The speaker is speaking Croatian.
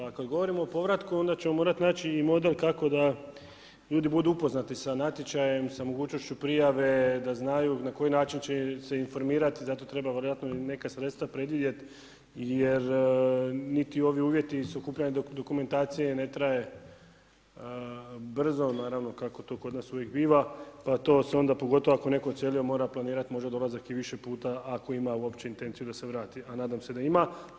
Kada govorimo o povratku, onda ćemo morati naći i model kako da ljudi budu upoznati sa natječajem, sa mogućnošću prijave, da znaju, na koji način će se informirati, zato treba vjerojatno neka sredstva predvidjeti, jer neki ovdje uvjeti, sakupljanje dokumentacije ne traje brzo, naravno kako to kod nas uvijek biva, pa se to pogotovo ako netko odselio mora planirati možda i dolazak više puta, ako ima uopće intenciju da se vrati, a nadam se da ima.